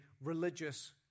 religious